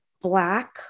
Black